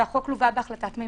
והחוק לווה בהחלטת ממשלה.